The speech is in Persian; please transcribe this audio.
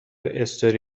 استوری